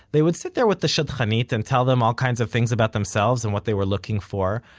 they would sit there with the shadchanit and tell them all kinds of things about themselves and what they were looking for,